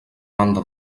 banda